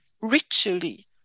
ritually